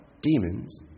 demons